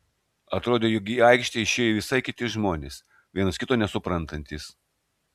atrodė jog į aikštę išėjo visai kiti žmonės vienas kito nesuprantantys